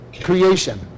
creation